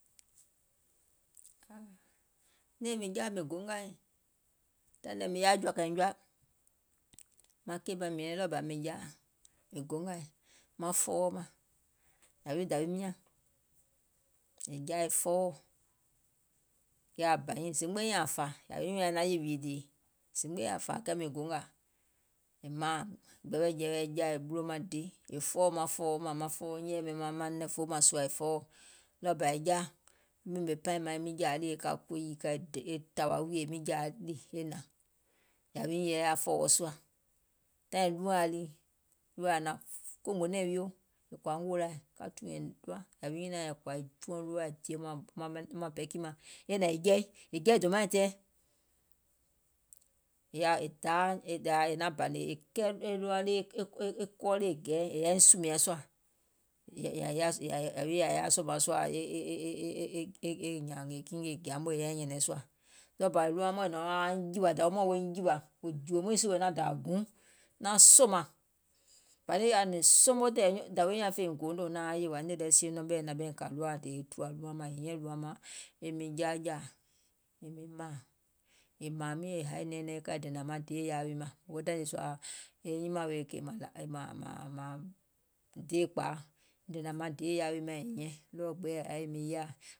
Miȧŋ mìŋ jaȧ mìŋ gongàiŋ taìŋ nii mìŋ yaȧ jɔ̀ȧkȧìŋ jɔa maŋ keì maŋ mìŋ nyɛnɛŋ ɗɔɔbà mìŋ jaȧ mìŋ gongȧiŋ, mìŋ gongàiŋ, maŋ fɔ̀ɔ̀wɔ mȧŋ yȧwi dȧwiim nyȧŋ jaȧ è fɔɔwɔ̀, aŋ bȧ nyiŋ zimgbe ȧŋ fȧ, yàwi yè nyaŋ naŋ yìwìè dìì, zimgbe nyiŋ ȧŋ fȧ, kɛɛ mìŋ gongȧ, mìŋ maaŋ gbɛɛwɛ̀jɛ̀wɛ̀i, è jaȧ è ɓulo maŋ di, è fɔɔwɔ̀ maŋ fɔ̀ɔ̀wɔ mȧŋ, bȧ è jaȧ ɓèmè pɛìŋ maŋ e miŋ jȧȧ ɗì e kȧ kòiì, e ka tȧwȧ wùìyè e miŋ jȧȧ ɗì e hnȧŋ, yȧwi nyiŋ è yaȧ fɔ̀ɔ̀wɔ̀ sùȧ, wò jìwè mùìŋ sìwè naŋ dȧȧ gùuŋ naŋ sòmȧŋ, bȧ niŋ yaȧa nìŋ somo dȧwiiŋ nyȧŋ fèiŋ goonò, nìì lɛ sie ɓɛìŋ nɔŋ naaŋ ɓɛìŋ kɛɛ̀ òfoo e nyimȧȧŋ weè kèè mȧŋ deèkpȧa, e dènȧŋ maŋ deè yaȧȧ wi mȧŋ e hiȧŋ e miŋ yaȧȧì